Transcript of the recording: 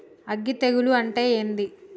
అగ్గి తెగులు అంటే ఏంది?